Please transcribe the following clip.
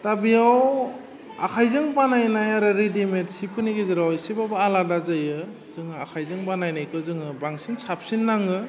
दा बेयाव आखाइजों बानायनाय आरो रेडिमेट सिफोरनि गेजेराव एसेबाबो आलादा जायो जों आखाइजों बानायनायखौ जोङो बांसिन साबसिन नाङो